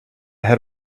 had